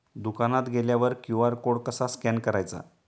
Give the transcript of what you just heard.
दुकानात गेल्यावर QR code कसा स्कॅन करायचा?